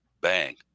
bang